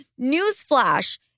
Newsflash